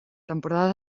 temporada